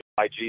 IG